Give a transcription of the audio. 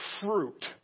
fruit